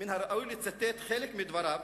ומן הראוי לצטט חלק מדבריו,